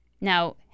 Now